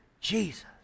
Jesus